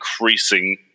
increasing